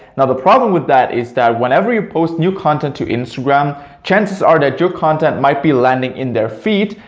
now the problem with that is that whenever you post new content to instagram chances are that your content might be landing in their feed.